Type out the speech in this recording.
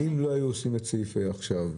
אם לא היו עושים את סעיף (ה) עכשיו,